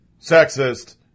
sexist